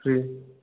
ହୁଁ